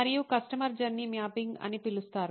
మరియు customer journey mapping అని పిలుస్తారు